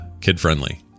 kid-friendly